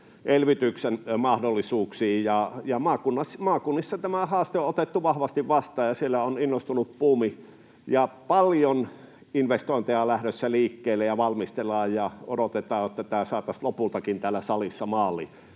elvytyksen mahdollisuuksiin. Maakunnissa tämä haaste on otettu vahvasti vastaan, ja siellä on innostunut buumi ja paljon investointeja on lähdössä liikkeelle ja valmistellaan ja odotetaan, että tämä saataisiin täällä salissa